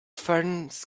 ferns